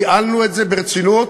ניהלנו את זה ברצינות,